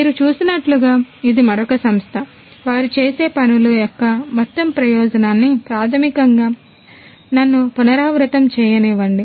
మీరు చూసినట్లుగా ఇది మరొక సంస్థ వారు చేసే పనుల యొక్క మొత్తం ప్రయోజనాన్ని ప్రాథమికంగా నన్ను పునరావృతం చేయనివ్వండి